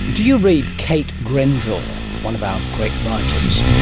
do you read kate grenville, one of our great writers?